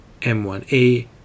M1A